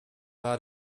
war